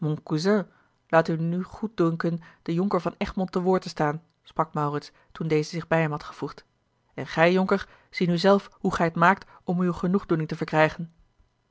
laat u nu goeddunken den jonker van egmond te woord te staan sprak maurits toen deze zich bij hem had gevoegd en gij jonker zie nu zelf hoe gij t maakt om uwe genoegdoening te verkrijgen